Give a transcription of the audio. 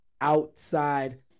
outside